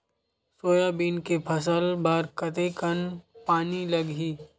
Soybean के फसल बर कतेक कन पानी लगही?